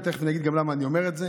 ותכף אני אגיד גם למה אני אומר את זה,